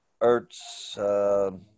Ertz